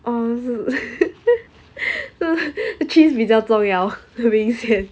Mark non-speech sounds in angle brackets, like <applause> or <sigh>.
oh <laughs> cheese 比较重要很明显